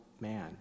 man